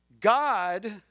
God